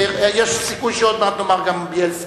יש סיכוי שעוד מעט נאמר גם בילסקי,